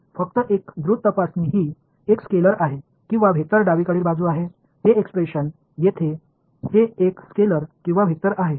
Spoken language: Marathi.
फक्त एक द्रुत तपासणी ही एक स्केलर आहे किंवा वेक्टर डावीकडील बाजू आहे हे एक्सप्रेशन येथे हे एक स्केलर किंवा वेक्टर आहे